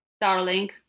darling